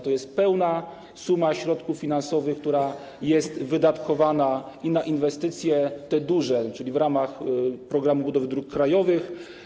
To jest pełna suma środków finansowych, która jest wydatkowana i na te duże inwestycje, czyli w ramach programu budowy dróg krajowych.